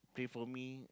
pray for me